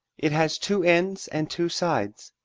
it has two ends and two sides.